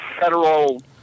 federal